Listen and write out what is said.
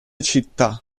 città